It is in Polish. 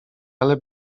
ale